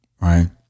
right